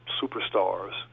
superstars